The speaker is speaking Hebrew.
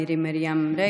מירי מרים רגב,